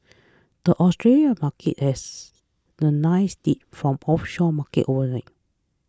the Australian Markets has a nice lead from offshore markets overnight